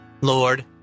Lord